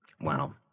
Wow